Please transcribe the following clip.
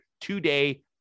two-day